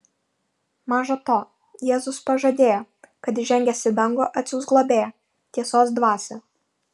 maža to jėzus pažadėjo kad įžengęs į dangų atsiųs globėją tiesos dvasią